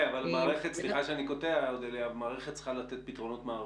כן אבל מערכת צריכה לתת פתרונות מערכתיים.